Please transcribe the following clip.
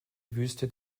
wüste